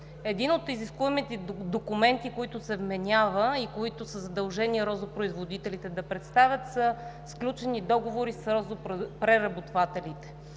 Един от изискуемите документи, които се вменяват и които са задължение розопроизводителите да представят, са сключени договори с розопреработвателите.